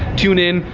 tune in.